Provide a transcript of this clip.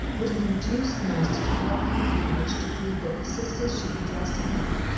would have induced nurse to depart from the rule which decreed that the sisters should be dressed alike,